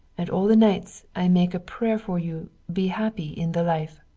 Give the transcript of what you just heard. and all the nights i make a prayer for you be happy in the life.